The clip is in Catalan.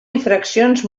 infraccions